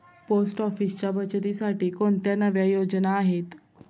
Post ऑफिसच्या बचतीसाठी कोणत्या नव्या योजना आहेत?